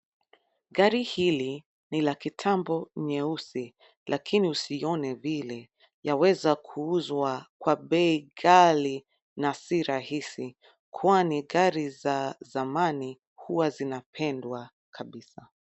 Gari hili ni la kitambo, nyeusi lakini usiione vile, yaweza kuuzwa Kwa bei kali na si rahisi kwani gari za zamani huwa zinapendwa kabisa.